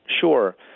Sure